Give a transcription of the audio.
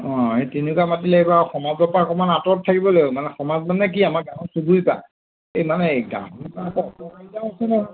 অ' এই তেনেকুৱা মাটি ল'লে আকৌ সমাজৰ পৰা অকণমান আঁতৰত থাকিব লাগিব মানে সমাজ মানে কি আমাৰ গাঁৱৰ চুবুৰীৰ পা এই মানে